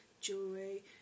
jewelry